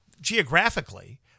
geographically